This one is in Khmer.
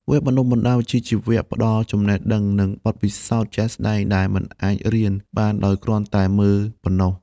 វគ្គបណ្តុះបណ្តាលវិជ្ជាជីវៈផ្តល់ចំណេះដឹងនិងបទពិសោធន៍ជាក់ស្តែងដែលមិនអាចរៀនបានដោយគ្រាន់តែមើលប៉ុណ្ណោះ។